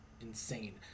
insane